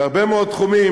בהרבה מאוד תחומים,